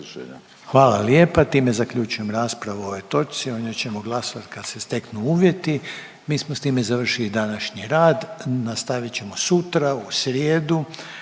Hvala lijepa, time zaključujem raspravu o ovoj točci, o njoj ćemo glasovati kad se steknu uvjeti. Mi smo s time završili današnji rad, nastavit ćemo sutra u srijedu